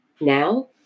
now